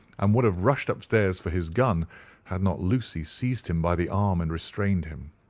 and would have rushed upstairs for his gun had not lucy seized him by the arm and restrained him.